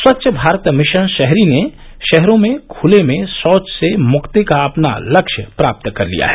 स्वच्छ भारत मिशन शहरी ने शहरों में खूले में शौच से मुक्ति का अपना लक्ष्य प्राप्त कर लिया है